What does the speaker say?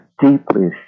deeply